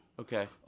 Okay